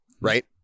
right